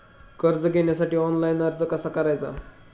कर्ज घेण्यासाठी ऑनलाइन अर्ज कसा करायचा?